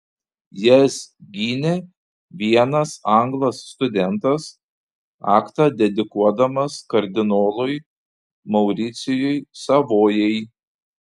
jas gynė vienas anglas studentas aktą dedikuodamas kardinolui mauricijui savojai